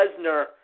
Lesnar